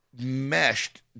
meshed